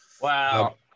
wow